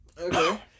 Okay